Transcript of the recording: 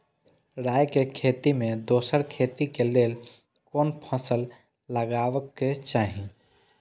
राय के खेती मे दोसर खेती के लेल कोन अच्छा फसल लगवाक चाहिँ?